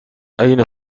أين